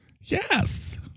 Yes